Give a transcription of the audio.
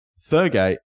Thurgate